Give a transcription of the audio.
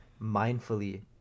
mindfully